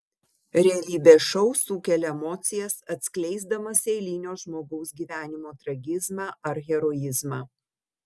realybės šou sukelia emocijas atskleisdamas eilinio žmogaus gyvenimo tragizmą ar heroizmą